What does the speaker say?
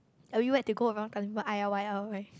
are you when to go around telling people L Y L Y right